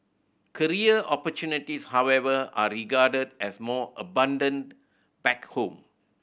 career opportunities however are regarded as more abundant back home